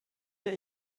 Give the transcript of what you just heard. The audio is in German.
der